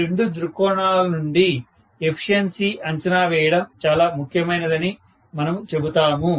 ఈ రెండు దృక్కోణాల నుండి ఎఫిషియన్సీ అంచనా వేయడం చాలా ముఖ్యమైనదని మనము చెబుతాము